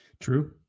True